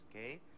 okay